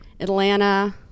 Atlanta